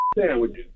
sandwiches